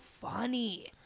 funny